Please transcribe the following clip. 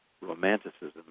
romanticism